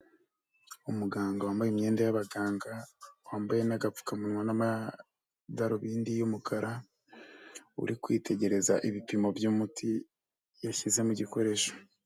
Umuganga wambaye imyenda y'ababaganga wambaye n'agapfukamun n'amadarubindi y'umukara uri kwitegereza ibipimo by'umuti yashyizemo mu gikoresho.